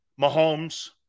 Mahomes